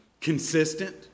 consistent